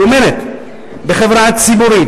היא אומרת: בחברה ציבורית,